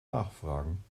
nachfragen